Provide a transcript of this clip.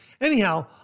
Anyhow